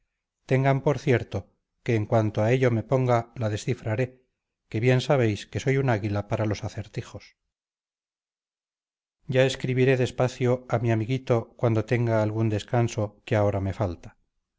tengan por cierto que en cuanto a ello me ponga la descifraré que bien sabéis que soy un águila para los acertijos ya escribiré despacio a mi amiguito cuando tenga algún descanso que ahora me falta